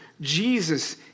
Jesus